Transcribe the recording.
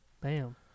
Bam